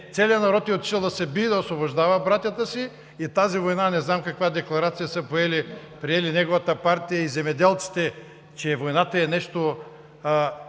Целият народ е отишъл да се бие, да освобождава братята си. И тази война – не знам каква декларация са приели неговата партия и земеделците – е нещо,